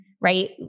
right